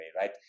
right